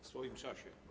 W swoim czasie.